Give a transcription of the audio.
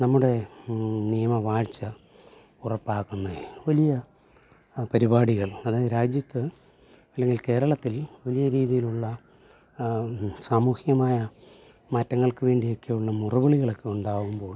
നമ്മുടെ നിയമ വാഴ്ച്ച ഉറപ്പാക്കുന്ന വലിയ പരിപാടികൾ അതായത് രാജ്യത്ത് അല്ലെങ്കിൽ കേരളത്തിൽ വലിയ രീതിയിലുള്ള സാമൂഹ്യമായ മാറ്റങ്ങൾക്ക് വേണ്ടിയൊക്കെയുള്ള മുറവിളികളൊക്കെ ഉണ്ടാകുമ്പോൾ